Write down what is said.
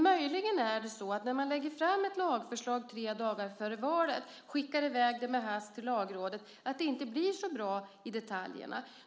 Möjligen blir inte detaljerna i ett lagförslag så bra när man lägger fram det tre dagar före valet och skickar iväg det i hast till Lagrådet. Det försöker vi rätta till nu.